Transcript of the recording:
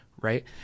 right